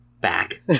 Back